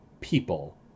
people